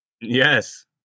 Yes